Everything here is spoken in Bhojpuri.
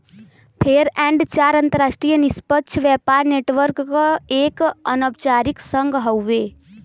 फेयर ट्रेड चार अंतरराष्ट्रीय निष्पक्ष व्यापार नेटवर्क क एक अनौपचारिक संघ हउवे